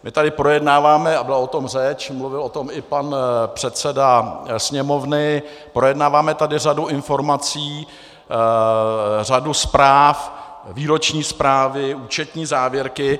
My tady projednáváme, a byla o tom řeč, mluvil o tom i pan předseda Sněmovny, projednáváme tady řadu informací, řadu zpráv, výroční zprávy, účetní závěrky.